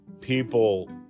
people